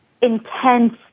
intense